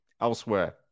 elsewhere